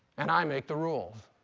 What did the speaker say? and i make the rules.